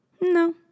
no